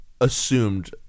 assumed